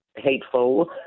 Hateful